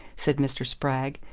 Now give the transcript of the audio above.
said mr. spragg,